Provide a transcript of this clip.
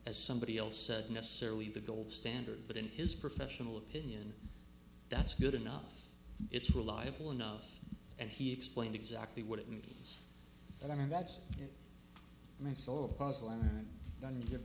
as somebody else said necessarily the gold standard but in his professional opinion that's good enough it's reliable enough and he explained exactly what it means and i mean that's